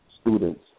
students